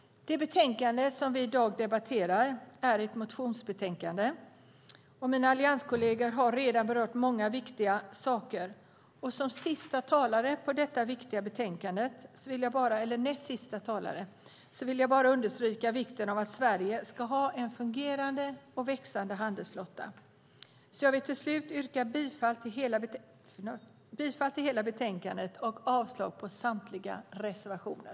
Det betänkande vi i dag debatterar är ett motionsbetänkande, och mina allianskolleger har redan berört många viktiga saker. Som näst sista talare i debatten om detta viktiga betänkande vill jag bara understryka vikten av att Sverige ska ha en fungerande och växande handelsflotta. Jag vill slutligen yrka bifall till förslaget i betänkandet och avslag på samtliga reservationer.